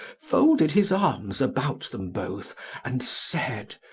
folded his arms about them both and said,